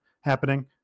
happening